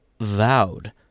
vowed